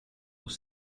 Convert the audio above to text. vous